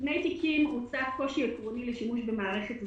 בשני תיקים הועלה קושי עקרוני לשימוש במערכת הזום,